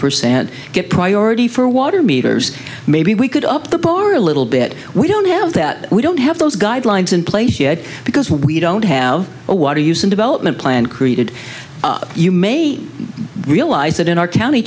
percent get priority for water meters maybe we could up the bar a little bit we don't have that we don't have those guidelines in place because we don't have a water use in development plan created you may realize that in our county